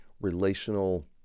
relational